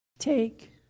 Take